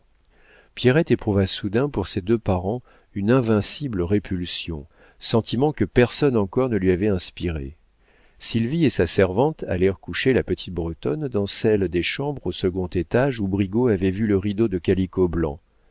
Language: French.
pierrette éprouva soudain pour ses deux parents une invincible répulsion sentiment que personne encore ne lui avait inspiré sylvie et sa servante allèrent coucher la petite bretonne dans celle des chambres au second étage où brigaut avait vu le rideau de calicot blanc